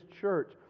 church